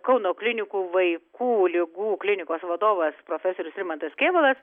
kauno klinikų vaikų ligų klinikos vadovas profesorius rimantas kėvalas